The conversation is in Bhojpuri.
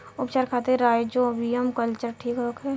उपचार खातिर राइजोबियम कल्चर ठीक होखे?